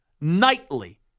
nightly